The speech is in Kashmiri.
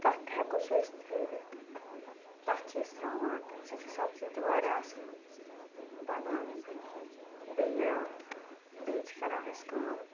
تَتھ تہِ ہٮ۪کو سُہ أسۍ ترٛٲوِتھ تَتھ چھِ أسۍ ترٛاوان تمہِ سۭتۍ چھِ سبزی تہِ واریاہ اَصٕل بَنان بیٚیہِ بیٚیہِ چھِ کَران أسۍ کٲم